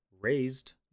raised